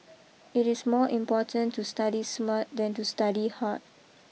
it is more important to study smart than to study hard